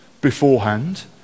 beforehand